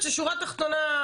שורה תחתונה,